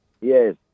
Yes